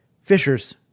Fishers